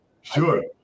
sure